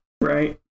right